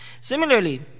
Similarly